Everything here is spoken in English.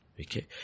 Okay